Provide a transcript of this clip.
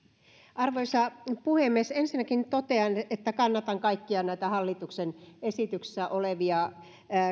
arvoisa puhemies ensinnäkin totean että kannatan kaikkia näitä hallituksen esityksissä olevia